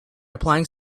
applying